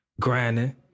grinding